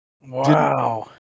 Wow